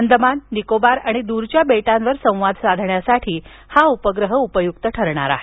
अंदमान निकोबार आणि दूरच्या बेटांवर संवाद साधण्यासाठी हा उपग्रह उपयुक्त ठरणार आहे